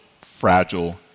fragile